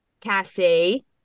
Cassie